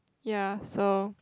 ya so